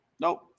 Nope